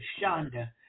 Shonda